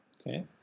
Okay